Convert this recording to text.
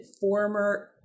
former